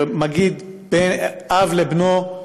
שמגידים אב לבנו,